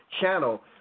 channel